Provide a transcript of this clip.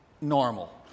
normal